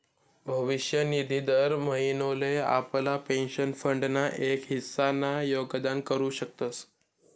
भविष्य निधी दर महिनोले आपला पेंशन फंड ना एक हिस्सा ना योगदान करू शकतस